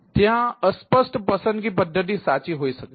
ત્યાં અસ્પષ્ટ પસંદગી પદ્ધતિ સાચી હોઈ શકે છે